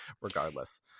regardless